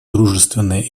дружественные